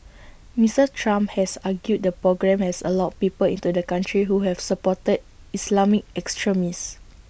Mister Trump has argued the programme has allowed people into the country who have supported Islamic extremists